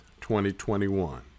2021